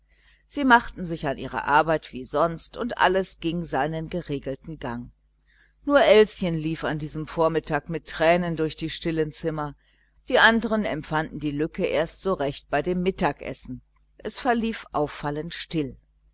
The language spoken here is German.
sie machten sich an ihre arbeit wie sonst und alles ging seinen geregelten gang nur elschen lief an diesem vormittag mit tränen durch die stillen zimmer die andern empfanden die lücke erst so recht bei dem mittagessen es verlief auffallend still